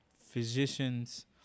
physicians